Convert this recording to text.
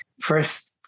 first